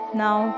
now